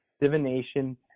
divination